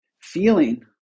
feeling